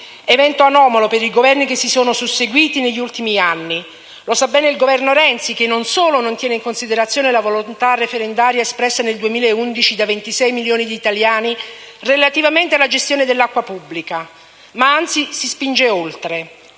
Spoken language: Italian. evento anomalo per i Governi che si sono susseguiti negli ultimi anni. Lo sa bene il Governo Renzi, che non solo non tiene in considerazione la volontà referendaria espressa nel 2011 da 26 milioni di italiani relativamente alla gestione dell'acqua pubblica, ma anzi si spinge oltre.